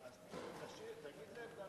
אדוני השר,